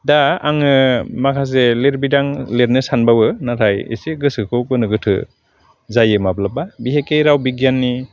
दा आङो माखासे लिरबिदां लिरनो सानबावो नाथाय एसे गोसोखौ गोनो गोथो जायो माब्लाबा बिहेखे राव बिगियाननि